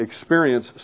experience